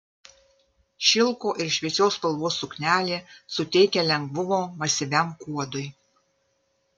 šilko ir šviesios spalvos suknelė suteikia lengvumo masyviam kuodui